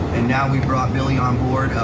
and now we've brought billy onboard,